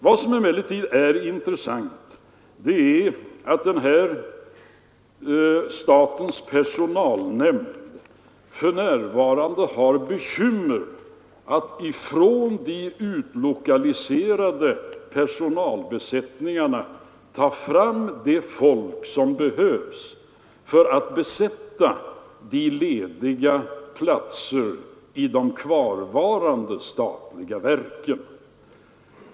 Vad som emellertid är intressant är att statens personalnämnd för närvarande har bekymmer med att från de utlokaliserade personalbesättningarna få fram det folk som behövs för att fylla de lediga platserna i de kvarvarande statliga verken.